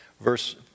Verse